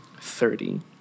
thirty